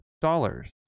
dollars